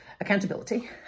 accountability